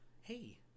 hey